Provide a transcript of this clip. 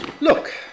Look